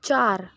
चार